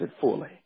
fully